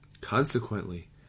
Consequently